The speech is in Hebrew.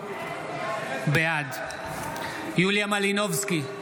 בעד יוליה מלינובסקי,